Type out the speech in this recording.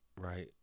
right